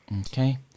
Okay